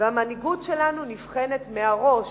והמנהיגות שלנו נבחנת מהראש.